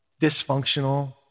dysfunctional